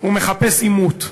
הוא מחפש עימות.